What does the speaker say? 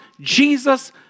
Jesus